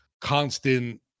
constant